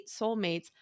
soulmates